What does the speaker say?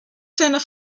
seiner